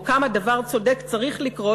או כמה דבר צודק צריך לקרות,